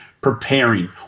preparing